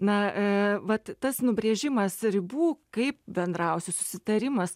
na e vat tas nubrėžimas ribų kaip bendrausiu susitarimas